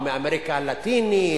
או מאמריקה הלטינית,